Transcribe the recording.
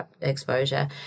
exposure